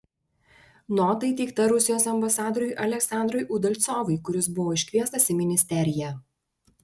nota įteikta rusijos ambasadoriui aleksandrui udalcovui kuris buvo iškviestas į ministeriją